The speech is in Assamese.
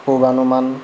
পূৰ্বানুমান